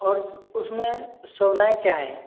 और उसमें सुविधाएं क्या हैं